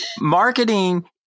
Marketing